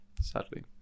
Sadly